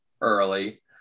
early